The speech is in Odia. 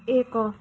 ଏକ